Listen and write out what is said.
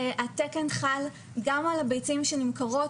התקן חל גם על הביצים שנמכרות,